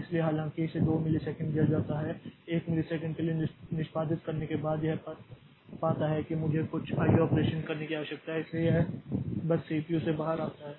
इसलिए हालांकि इसे 2 मिलीसेकंड दिया जाता है 1 मिलीसेकंड के लिए निष्पादित करने के बाद यह पाता है कि मुझे कुछ आईओ ऑपरेशन करने की आवश्यकता है इसलिए यह बस सीपीयू से बाहर आता है